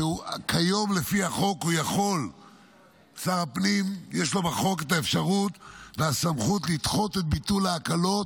לשר הפנים יש בחוק את האפשרות והסמכות לדחות את ביטול ההקלות